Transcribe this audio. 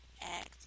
act